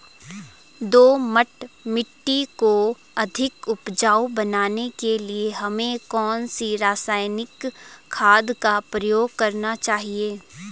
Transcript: दोमट मिट्टी को अधिक उपजाऊ बनाने के लिए हमें कौन सी रासायनिक खाद का प्रयोग करना चाहिए?